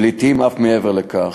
ולעתים אף מעבר לכך.